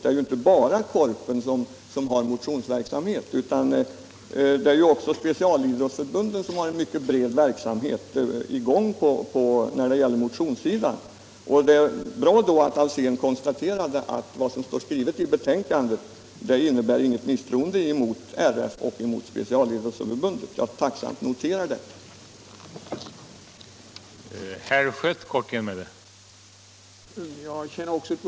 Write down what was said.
Det är inte bara Korpen som har motionsverksamhet utan också specialidrottsförbunden har en mycket bred verksamhet i gång på motionssidan. Det är bra att herr Alsén har konstaterat att det som står skrivet i betänkandet inte innebär något misstroende mot RF och specialidrottsförbunden. Jag noterar detta tacksamt.